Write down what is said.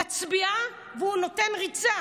מצביעה, והוא נותן ריצה.